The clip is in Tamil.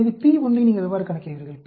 எனவே p1 ஐ நீங்கள் எவ்வாறு கணக்கிடுவீர்கள்